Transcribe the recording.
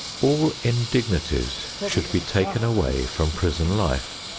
all indignities should be taken away from prison life.